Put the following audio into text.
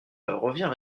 revient